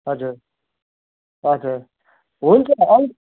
हजुर हजुर हुन्छ